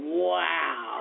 wow